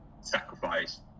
sacrifice